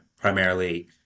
primarily